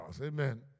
amen